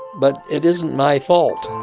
but it isn't my fault